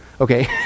okay